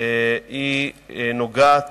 היא נוגעת